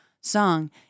Song